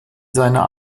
seiner